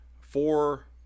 four